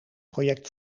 project